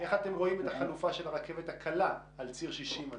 איך אתם רואים את החלופה של הרכבת הקלה על ציר 60 הזה?